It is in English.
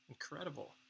Incredible